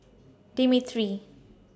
Dimitri